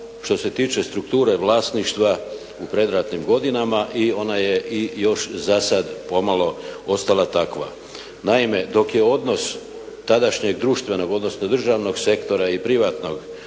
što se tiče strukture vlasništva u predratnim godinama i ona je i još za sada pomalo ostala takva. Naime, dok je odnos tadašnjeg društvenog, odnosno društvenog odnosno državnog